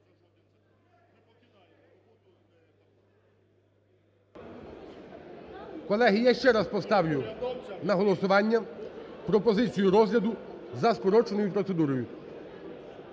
Колеги, я ще раз поставлю на голосування пропозицію розгляду за скороченою процедурою.